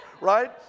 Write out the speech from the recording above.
right